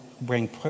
bring